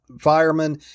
fireman